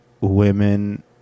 Women